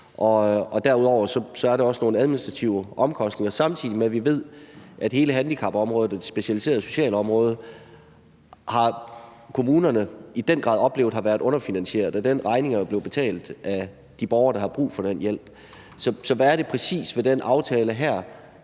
kr. Derudover er der også nogle administrative omkostninger. Samtidig ved vi, at hele handicapområdet, det specialiserede socialområde, i den grad af kommunerne har været oplevet underfinansieret, og den regning er jo blevet betalt af de borgere, der har haft brug for den hjælp. Så hvad er det præcis ved den aftale her,